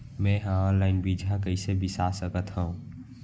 मे हा अनलाइन बीजहा कईसे बीसा सकत हाव